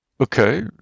Okay